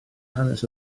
hanes